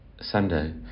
Sunday